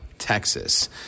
Texas